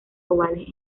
ovales